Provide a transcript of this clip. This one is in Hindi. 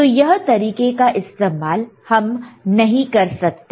तो यह तरीके का इस्तेमाल हम नहीं कर सकते